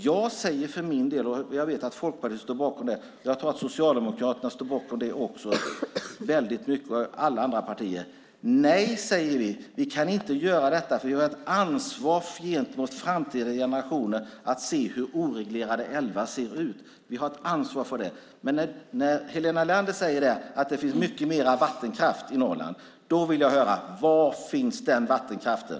Jag vet att Folkpartiet står bakom ett nej, och jag tror att också Socialdemokraterna gör det - och också alla andra partier. Vi kan inte göra detta. Vi har ett ansvar gentemot framtida generationer att få se hur oreglerade älvar ser ut. När Helena Leander säger att det finns mycket mer vattenkraft i Norrland vill jag höra: Var finns den vattenkraften?